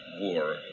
war